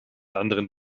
anderen